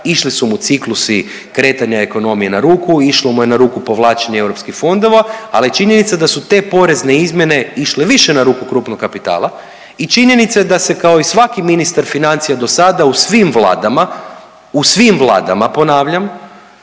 išli su mu ciklusi kretanja ekonomije na ruku, išlo mu je na ruku povlačenje europskih fondova, ali je činjenica da su te porezne izmjene išle više na ruku krupnog kapitala i činjenica je da se kao i svaki ministar financija dosada u svim vladama, u svim vladama ponavljam,